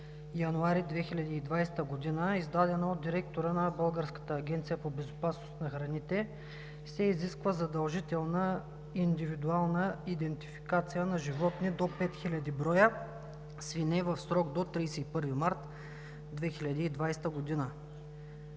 януари 2020 г., издадена от директора на Българската агенция по безопасност на храните – БАБХ, се изисква задължителна индивидуална идентификация на животни – до 5000 броя свине, в срок до 31 март 2020 г.